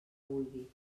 vulgui